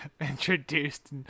introduced